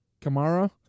Kamara